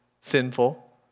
Sinful